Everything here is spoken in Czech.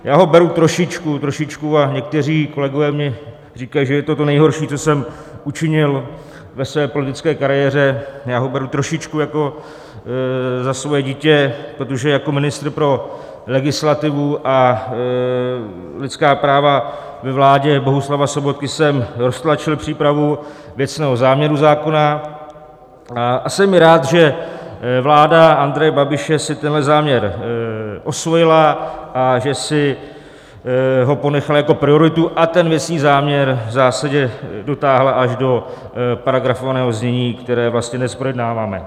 Já ho beru trošičku, a někteří kolegové mi říkají, že je to to nejhorší, co jsem učinil ve své politické kariéře, jako za svoje dítě, protože jako ministr pro legislativu a lidská práva ve vládě Bohuslava Sobotky jsem roztlačil přípravu věcného záměru zákona a jsem i rád, že vláda Andreje Babiše si tenhle záměr osvojila a že si ho ponechala jako prioritu a ten věcný záměr v zásadě dotáhla až do paragrafovaného znění, které vlastně dnes projednáváme.